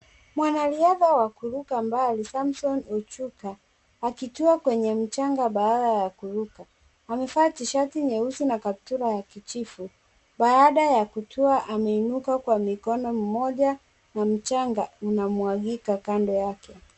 Mwanariadha wa kuruka mbali Samson Ochuka akitua kwenye mchanga baada ya kuruka. Amevaa tshirt nyeusi na kaptula ya kijivu. Baada ya kutua ameinuka kwa mikono mmoja kwa mchanga unamwagika kando yake.